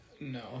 No